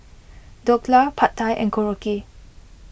Dhokla Pad Thai and Korokke